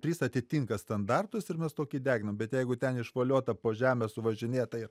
trys atitinka standartus ir mes tokį deginam bet jeigu ten išvoliota po žemą suvažinėta ir